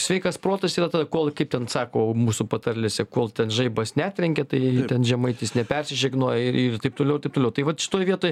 sveikas protas yra ta kol kaip ten sako mūsų patarlėse kol ten žaibas netrenkia tai ten žemaitis nepersižegnoja ir ir taip toliau ir taip toliau tai vat šitoj vietoj